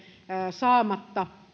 saamatta